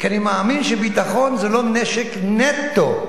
כי אני מאמין שביטחון זה לא נשק נטו.